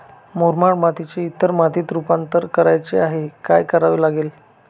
मुरमाड मातीचे इतर मातीत रुपांतर करायचे आहे, काय करावे लागेल?